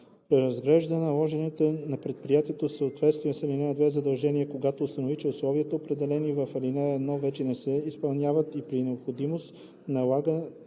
преразглежда наложените на предприятието в съответствие с ал. 2 задължения, когато установи, че условията, определени в ал. 1, вече не се изпълняват и при необходимост налага